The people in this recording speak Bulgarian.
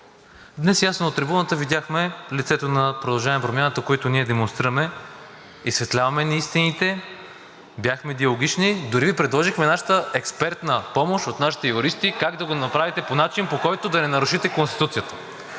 Днес ясно от трибуната видяхме лицето на „Продължаваме Промяната“, което ние демонстрираме, изсветляваме неистините, бяхме диалогични, дори Ви предложихме нашата експертна помощ от нашите юристи как да го направите по начин, по който да не нарушите Конституцията.